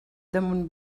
damunt